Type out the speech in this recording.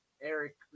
eric